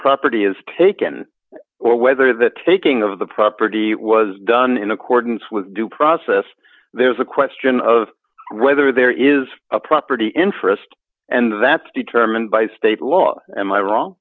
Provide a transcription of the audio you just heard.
property is taken or whether the taking of the property was done in accordance with due process there is a question of whether there is a property interest and that's determined by state law a